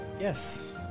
Yes